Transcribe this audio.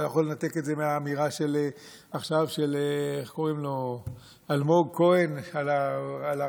אתה לא יכול לנתק את זה מהאמירה עכשיו של אלמוג כהן על הרמטכ"ל,